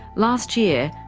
last year,